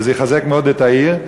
וזה יחזק מאוד את העיר,